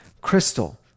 crystal